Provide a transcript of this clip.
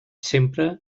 sempre